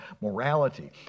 morality